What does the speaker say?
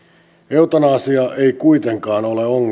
eutanasia ei kuitenkaan ole